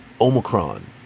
Omicron